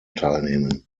teilnehmen